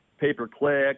pay-per-click